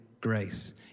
grace